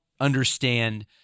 understand